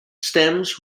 stems